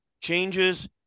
changes